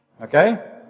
Okay